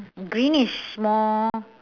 green is more